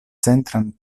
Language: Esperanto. centran